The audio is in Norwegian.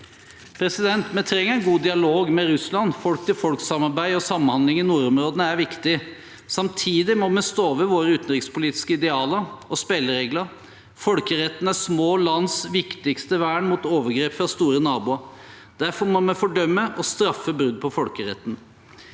hjelper. Vi trenger en god dialog med Russland. Folk-til-folksamarbeid og samhandling i nordområdene er viktig. Samtidig må vi stå ved våre utenrikspolitiske idealer og spilleregler. Folkeretten er små lands viktigste vern mot overgrep fra store naboer. Derfor må vi fordømme og straffe brudd på folkeretten.